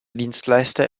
dienstleister